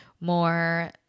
more